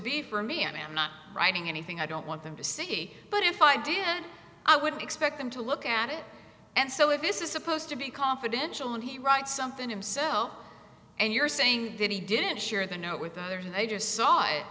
be for me and i am not writing anything i don't want them to see but if i did i would expect them to look at it and so if this is supposed to be confidential and he writes something himself and you're saying that he didn't share the note with others and i just